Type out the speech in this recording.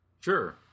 Sure